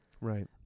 right